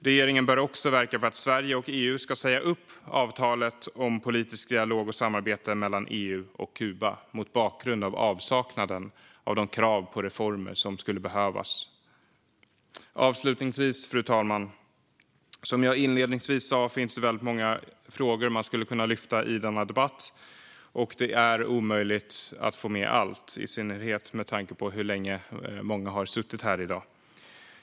Regeringen bör också verka för att Sverige och EU ska säga upp avtalet om politisk dialog och samarbete mellan EU och Kuba mot bakgrund av avsaknaden av de krav på reformer som skulle behövas. Fru talman! Som jag sa inledningsvis finns det väldigt många frågor man skulle kunna lyfta i denna debatt. Det är omöjligt att få med allt, i synnerhet med tanke på hur länge många har suttit här i dag.